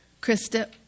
Krista